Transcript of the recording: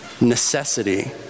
Necessity